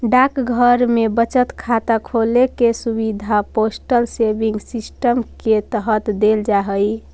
डाकघर में बचत खाता खोले के सुविधा पोस्टल सेविंग सिस्टम के तहत देल जा हइ